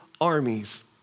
armies